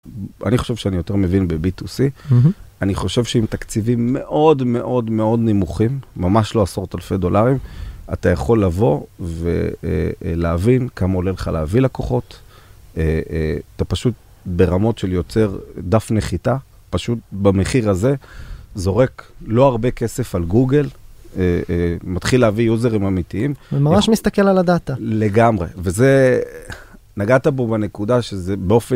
אני חושב שאני יותר מבין ב-B2C, אני חושב שאם תקציבים מאוד מאוד מאוד נמוכים, ממש לא עשרות אלפי דולרים, אתה יכול לבוא ולהבין כמה עולה לך להביא לקוחות, אתה פשוט ברמות של יוצר דף נחיתה, פשוט במחיר הזה זורק לא הרבה כסף על גוגל, מתחיל להביא יוזרים אמיתיים. - וממש מסתכל על הדאטה. - לגמרי, וזה... נגעת בו בנקודה שזה באופן...